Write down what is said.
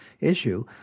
issue